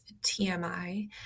TMI